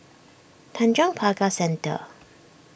Tanjong Pagar Centre